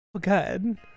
good